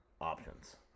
options